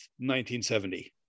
1970